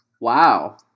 Wow